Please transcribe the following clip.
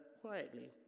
quietly